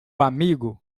amigo